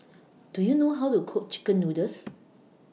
Do YOU know How to Cook Chicken Noodles